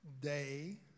Day